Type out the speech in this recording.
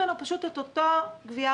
במקום פעם ברבעון יגבו ממנו שוב.